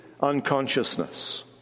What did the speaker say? unconsciousness